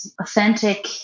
authentic